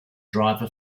driver